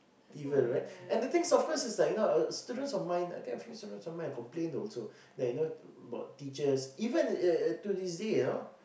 evil right and the thing of course is like you know uh students of mine I I think a few students of mine complain also that you know about teachers even uh uh to this day you know